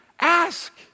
Ask